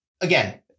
again